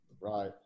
Right